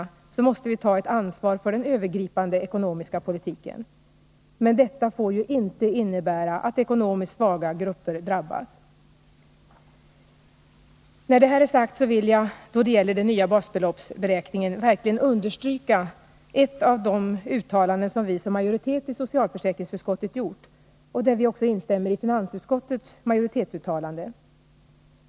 Ö 5 ; j - statsverksamheten, måste vi ta ett ansvar för den övergripande ekonomiska politiken. Men detta, m. får ju inte innebära att ekonomiskt svaga grupper drabbas! När det är sagt vill jag, då det gäller de nya basbeloppsberäkningarna, verkligen understryka ett av de uttalanden som vi som majoritet i socialförsäkringsutskottet gjort, där vi också instämmer i finansutskottets majoritetsuttalande.